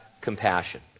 compassion